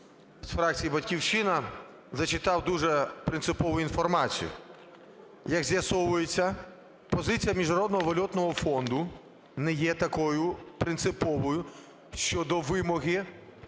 з фракції "Батьківщина" зачитав дуже принципову інформацію. Як з'ясовується, позиція Міжнародного валютного фонду не є такою принциповою щодо вимоги